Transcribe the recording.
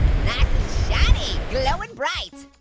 nice and shiny, glowing bright.